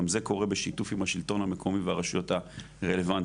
גם זה קורה בשיתוף עם השלטון המקומי והרשויות הרלבנטיות.